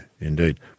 indeed